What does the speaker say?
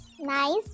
Nice